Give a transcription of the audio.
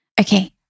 Okay